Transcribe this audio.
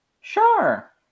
Sure